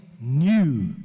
New